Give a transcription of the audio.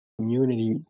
community